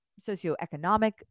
socioeconomic